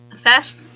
fast